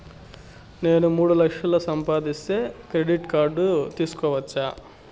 నేను మూడు లక్షలు సంపాదిస్తే క్రెడిట్ కార్డు తీసుకోవచ్చా?